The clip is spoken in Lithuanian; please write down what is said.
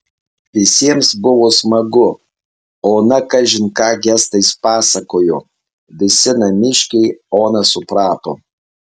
visiems buvo smagu ona kažin ką gestais pasakojo visi namiškiai oną suprato